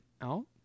out